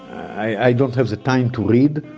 i don't have the time to read.